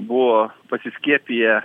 buvo pasiskiepiję